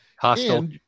Hostile